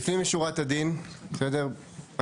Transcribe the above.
הדין, בסדר?